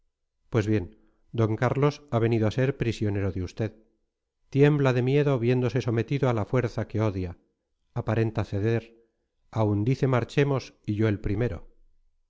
pues bien d carlos ha venido a ser prisionero de usted tiembla de miedo viéndose sometido a la fuerza que odia aparenta ceder aun dice marchemos y yo el primero